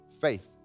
Faith